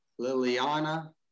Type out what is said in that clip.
Liliana